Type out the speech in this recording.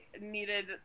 needed